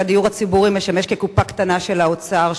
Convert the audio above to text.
הדיור הציבורי משמש כקופה קטנה של האוצר,